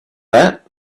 that